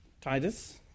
Titus